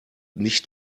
nicht